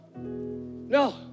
No